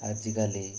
ଆଜିକାଲି